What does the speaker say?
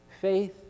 faith